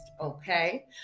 Okay